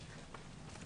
התחילה.